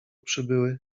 przybyły